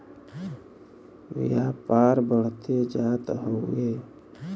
व्यापार बढ़ते जात हउवे